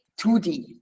2D